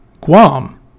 Guam